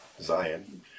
Zion